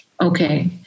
Okay